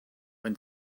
when